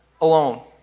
alone